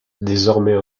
désormais